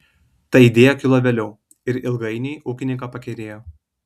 ta idėja kilo vėliau ir ilgainiui ūkininką pakerėjo